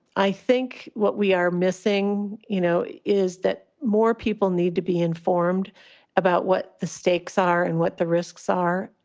i think what we are missing, you know, is that more people need to be informed about what the stakes are and what the risks are.